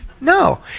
No